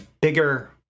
bigger